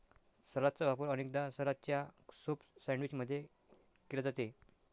सलादचा वापर अनेकदा सलादच्या सूप सैंडविच मध्ये केला जाते